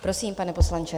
Prosím, pane poslanče.